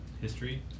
history